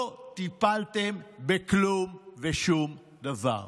לא טיפלתם בכלום ושום דבר.